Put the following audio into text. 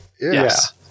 Yes